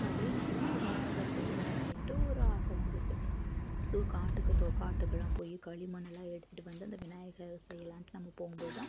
so அதே மாதிரி தான் நம்ம விநாயகர் செய்யலாம் அப்படின்ட்டு ஒரு ஆசை வந்துச்சு ஸோ காட்டுக்கு தோ காட்டுக்கெல்லாம் போய் களிமண் எல்லாம் எடுத்துட்டு வந்து அந்த விநாயகர் செய்யலானுட்டு நம்ம போகும்போது தான்